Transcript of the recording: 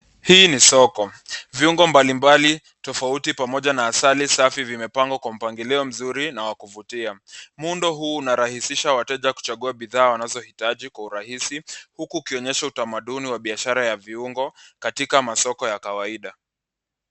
Hii ni soko. Viungo mbalimbali tofauti pamoja na asali safi vimepangwa kwa mpangilio mzuri na wa kuvutia. Miundo huu unarahisisha wateja kuchagua bidhaa wanazohitaji kwa urahisi huku ukionyesha utamaduni wa biashara ya viungo katika masoko ya kawaida.